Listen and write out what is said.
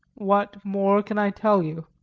what more can i tell you?